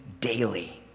Daily